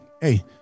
hey